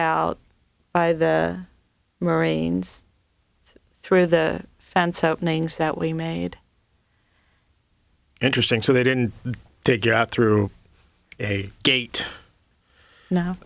out by the marines through the fence openings that we made interesting so they didn't figure out through a gate now